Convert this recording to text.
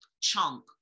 chunk